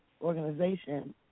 organization